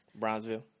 Bronzeville